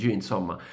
insomma